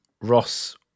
Ross